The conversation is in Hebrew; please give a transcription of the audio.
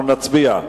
אנחנו נצביע.